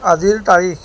আজিৰ তাৰিখ